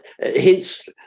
Hence